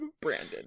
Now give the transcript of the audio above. Brandon